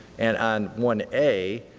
and on one a,